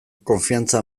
konfiantza